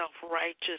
self-righteous